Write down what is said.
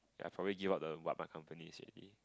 I probably give up the what my companies already